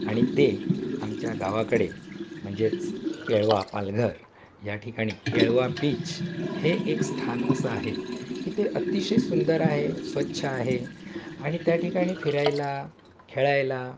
आणि ते आमच्या गावाकडे म्हणजेच केळवा पालघर या ठिकाणी केळवा बीच हे एक स्थान असं आहे की ते अतिशय सुंदर आहे स्वच्छ आहे आणि त्या ठिकाणी फिरायला खेळायला